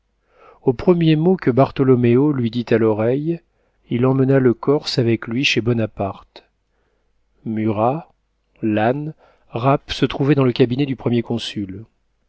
au premier mot que bartholoméo lui dit à l'oreille il emmena le corse avec lui chez bonaparte murat lannes rapp se trouvaient dans le cabinet du premier consul